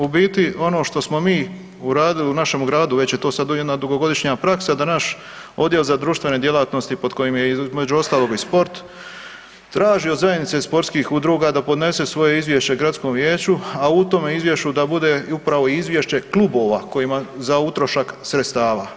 U biti, ono što smo mi uradili u našemu gradu, već je to sad jedna dugogodišnja praksa, da naš Odjel za društvene djelatnosti, pod kojim je, između ostalog i sport, traži od Zajednice sportskih udruga da podnese svoje izvješće gradskom vijeću, a u tome izvješću da bude upravo i izvješće klubova kojima, za utrošak sredstava.